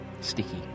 Sticky